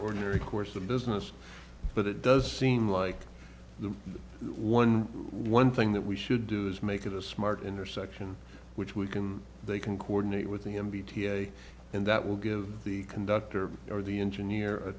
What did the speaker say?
ordinary course of business but it does seem like the one one thing that we should do is make it a smart intersection which we can they can coordinate with the m b t and that will give the conductor or the engineer